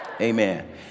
Amen